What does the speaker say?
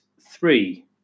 three